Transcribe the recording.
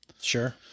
Sure